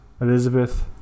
elizabeth